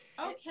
okay